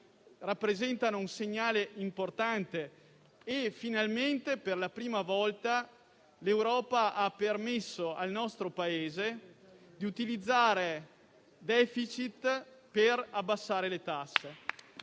rappresentano un segnale importante e finalmente, per la prima volta, l'Europa ha permesso al nostro Paese di utilizzare *deficit* per abbassare le tasse.